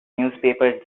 newspapers